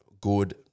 good